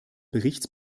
berichts